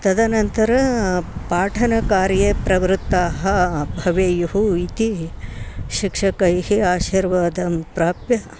तदनन्तरं पाठनकार्ये प्रवृत्ताः भवेयुः इति शिक्षकैः आशीर्वादं प्राप्य